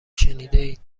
شنیدهاید